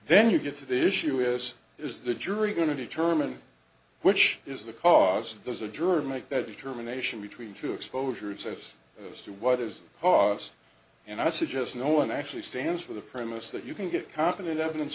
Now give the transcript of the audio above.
then you get to the issue is is the jury going to determine which is the cause does a juror make that determination between two exposure exist as to what is cause and i suggest no one actually stands for the premise that you can get competent evidence